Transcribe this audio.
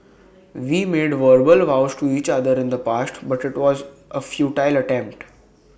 we made verbal vows to each other in the past but IT was A futile attempt